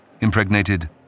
impregnated